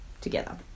together